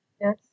Yes